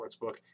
Sportsbook